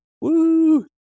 Woo